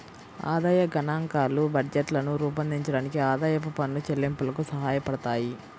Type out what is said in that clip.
ఆదాయ గణాంకాలు బడ్జెట్లను రూపొందించడానికి, ఆదాయపు పన్ను చెల్లింపులకు సహాయపడతాయి